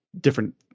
different